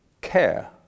care